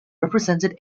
represented